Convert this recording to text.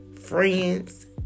friends